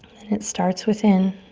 then it starts within.